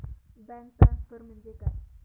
Bank transfer म्हणजे काय?